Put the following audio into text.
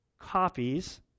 copies